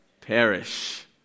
perish